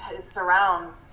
surrounds